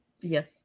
Yes